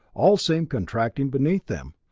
all seemed contracting beneath them.